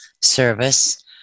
Service